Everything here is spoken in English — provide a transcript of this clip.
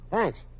Thanks